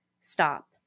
stop